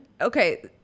okay